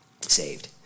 saved